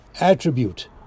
attribute